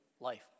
life